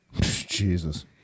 Jesus